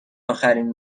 اخرین